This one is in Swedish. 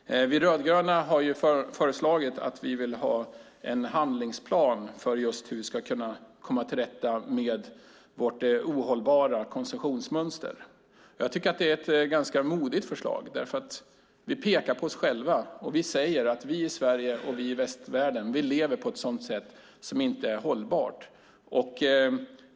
Vi rödgröna har föreslagit en handlingsplan för hur vi ska kunna komma till rätta med vårt ohållbara konsumtionsmönster. Jag tycker att det är ett ganska modigt förslag, därför att vi pekar på oss själva och säger att vi i Sverige och i västvärlden lever på ett sådant sätt som inte är hållbart.